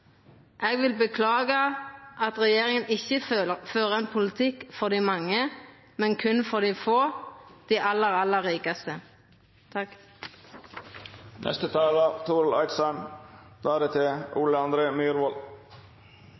Eg vil beklaga at regjeringa ikkje fører ein politikk for dei mange, men berre for dei få, dei aller, aller rikaste.